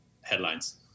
headlines